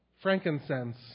frankincense